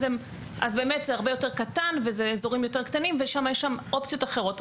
אז באמת זה הרבה יותר קטן ואלה אזורים יותר קטנים ושם יש אופציות אחרות.